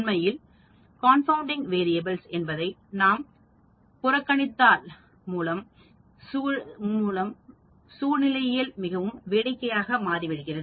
உண்மையிலேயே கார்ன்பவுண்டிங் மாறிகள் என்பதை நாம் புறக்கணித்தால் முழு சூழ்நிலையும் மிகவும் வேடிக்கையானதாக மாறிவிடுகிறது